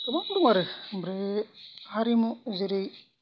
गोबां दं आरो आमफ्राय हारिमु जेरै